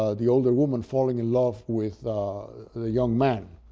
ah the older woman falling in love with the young man,